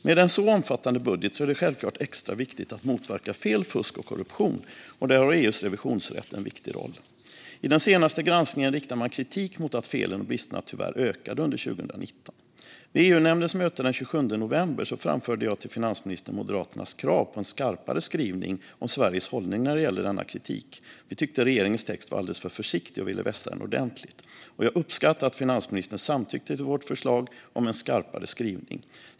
Med en så omfattande budget är det självklart extra viktigt att motverka fel, fusk och korruption, och där har EU:s revisionsrätt en viktig roll. I den senaste granskningen riktar man kritik mot att felen och bristerna tyvärr ökade under 2019. Vid EU-nämndens möte den 27 november framförde jag till finansministern Moderaternas krav på en skarpare skrivning om Sveriges hållning när det gäller denna kritik. Vi tyckte att regeringens text var alldeles för försiktig och ville vässa den ordentligt. Jag uppskattar att finansministern samtyckte till vårt förslag om en skarpare skrivning.